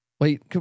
wait